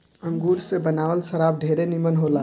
अंगूर से बनावल शराब ढेरे निमन होला